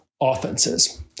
offenses